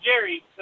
Jerry